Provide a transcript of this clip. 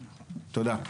תודה.